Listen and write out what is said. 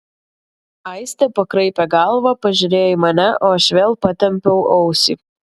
aistė pakraipė galvą pažiūrėjo į mane o aš vėl patempiau ausį